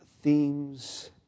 themes